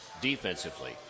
defensively